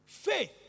Faith